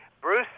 bruce